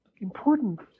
important